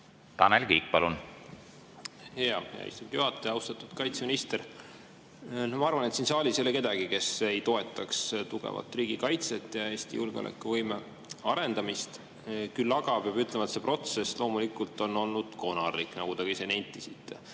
Tanel Kiik, palun! Hea istungi juhataja! Austatud kaitseminister! Ma arvan, et siin saalis ei ole kedagi, kes ei toetaks tugevat riigikaitset ja Eesti julgeolekuvõime arendamist. Küll aga peab ütlema, et see protsess loomulikult on olnud konarlik, nagu te ka ise nentisite.